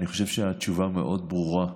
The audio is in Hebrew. אני חושב שהתשובה מאוד ברורה.